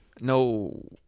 No